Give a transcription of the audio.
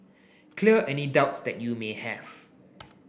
clear any doubts that you may have